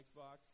Xbox